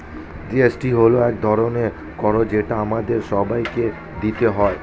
GST হল এক ধরনের কর যেটা আমাদের সবাইকে দিতে হয়